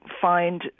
find—